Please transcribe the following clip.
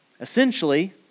Essentially